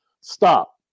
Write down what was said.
Stop